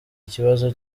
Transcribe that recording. ikibazo